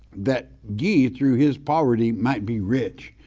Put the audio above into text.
that ye through his poverty might be rich.